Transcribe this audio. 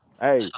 hey